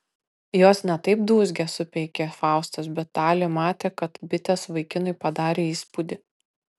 jos ne taip dūzgia supeikė faustas bet talė matė kad bitės vaikinui padarė įspūdį